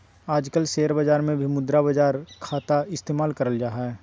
आजकल शेयर बाजार मे भी मुद्रा बाजार खाता इस्तेमाल करल जा हय